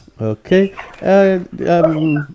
Okay